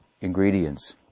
ingredients